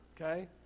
okay